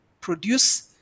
produce